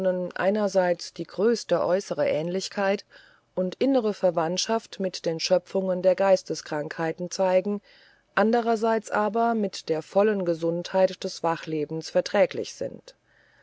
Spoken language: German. einerseits die größte äußere ähnlichkeit und innere verwandtschaft mit den schöpfungen der geisteskrankheiten zeigen anderseits aber mit der vollen gesundheit des wachlebens verträglich sind